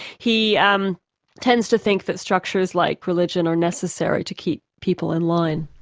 he um tends to think that structures like religion are necessary to keep people in line.